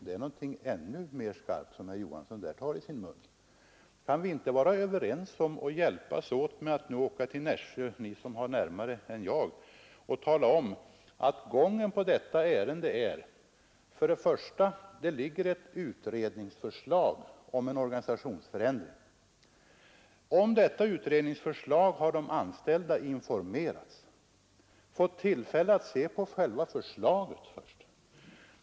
Det är ett ännu starkare uttryck som herr Johansson tar i sin mun. Kan vi inte vara överens om att hjälpas åt med att nu åka till Nässjö — ni som har närmare dit än jag — och tala om gången för detta ärende? Till att börja med föreligger ett förslag till en organisationsförändring. Om detta utredningsförslag har de anställda informerats, de har fått tillfälle att se själva förslaget.